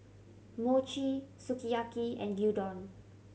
Mochi Sukiyaki and Gyudon